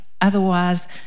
Otherwise